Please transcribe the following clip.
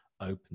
open